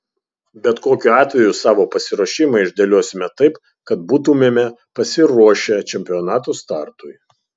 bet kokiu atveju savo pasiruošimą išdėliosime taip kad būtumėme pasiruošę čempionato startui